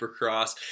Supercross